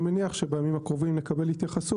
אני מניח שבימים הקרובים נקבל התייחסות,